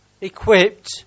equipped